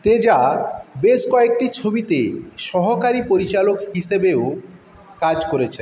তেজা বেশ কয়েকটি ছবিতে সহকারী পরিচালক হিসেবেও কাজ করেছেন